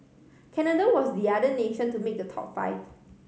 Canada was the other nation to make the top five